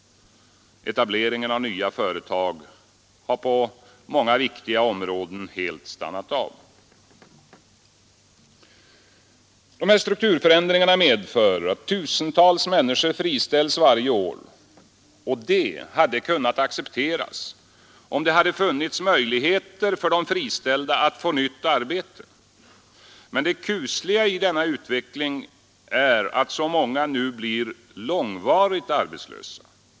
Etableringen av nya företag har på många viktiga områden helt stannat av. Strukturförändringarna medför att tusentals människor friställs varje år. Det hade kunnat accepteras, om det hade funnits möjligheter för de friställda att få nytt arbete. Det kusliga i denna utveckling är emellertid att så många nu blir långvarigt arbetslösa.